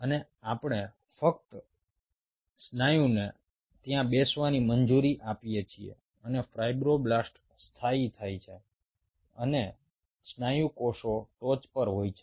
અને આપણે ફક્ત સ્નાયુને ત્યાં બેસવાની મંજૂરી આપીએ છીએ અને ફાઇબ્રોબ્લાસ્ટ્સ સ્થાયી થાય છે અને સ્નાયુ કોષો ટોચ પર હોય છે